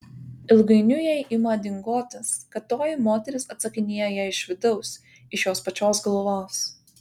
ilgainiui jai ima dingotis kad toji moteris atsakinėja jai iš vidaus iš jos pačios galvos